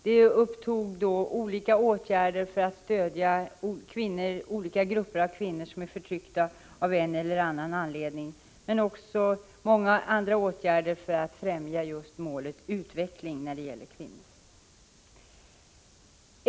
Det upptog olika åtgärder för att stödja olika grupper av kvinnor som är förtryckta av en eller annan anledning, men också många andra åtgärder för att främja målet utveckling när det gäller kvinnor.